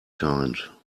kind